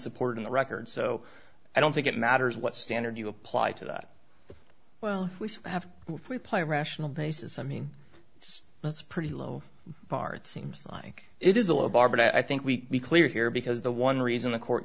supporting the record so i don't think it matters what standard you apply to that well we have we play a rational basis i mean it's that's pretty low bar it seems like it is a low bar but i think we clear here because the one reason the court